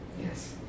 Yes